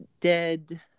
dead